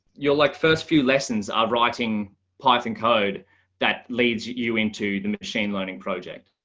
your like, first few lessons i've writing python code that leads you into the machine learning project.